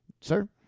Sir